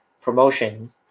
promotion